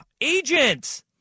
agents